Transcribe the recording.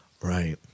Right